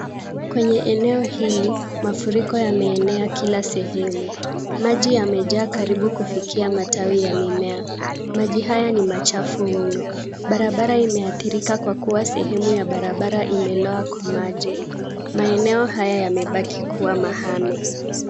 Kwenye eneo hili, mafuriko yameenea kila sehemu. Maji yamejaa karibu kufikia matawi ya mimea. Maji haya ni machafu mno. Barabara imeathirika kwa kuwa sehemu ya barabara imeloa kwa maji. Maeneo haya yamebaki kuwa mahame.